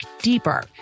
deeper